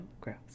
gross